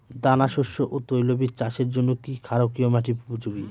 দানাশস্য ও তৈলবীজ চাষের জন্য কি ক্ষারকীয় মাটি উপযোগী?